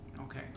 Okay